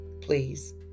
please